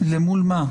מול מה?